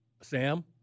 Sam